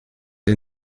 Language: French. est